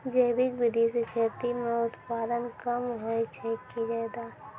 जैविक विधि से खेती म उत्पादन कम होय छै कि ज्यादा?